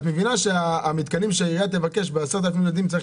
את מבינה שהמתקנים שהעירייה תבקש ב-10,000 ילדים צריך